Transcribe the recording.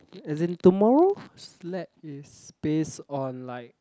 as in tomorrow's lab is based on like